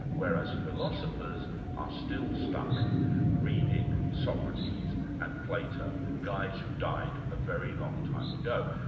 whereas philosophers are still stuck reading socrates and plato, guys who died a very long time ago.